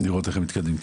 לראות איך הם מתקדמים.